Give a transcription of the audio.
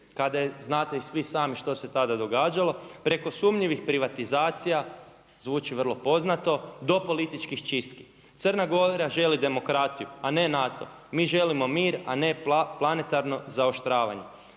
kada je znate i svi sami što se tada događalo preko sumnjivih privatizacija, zvuči vrlo poznato, do političkih čistki. Crna Gora želi demokratiju, a ne NATO. Mi želimo mir, a ne planetarno zaoštravanje.